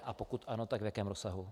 A pokud ano, tak v jakém rozsahu.